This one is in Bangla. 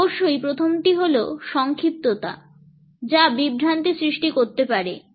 অবশ্যই প্রথমটি হল সংক্ষিপ্ততা যা বিভ্রান্তি সৃষ্টি করতে পারে